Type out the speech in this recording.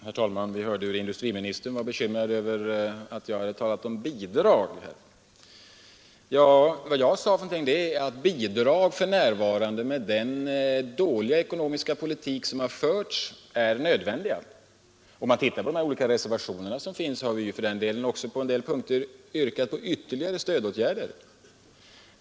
Herr talman! Vi hörde hur industriministern var bekymrad över att jag hade talat om bidrag här. Vad jag sade var att bidrag för närvarande, med den dåliga ekonomiska politik som har förts, är nödvändiga. Om man ser på de olika reservationerna finner man för den delen också att vi på vissa punkter yrkat på ytterligare stödåtgärder.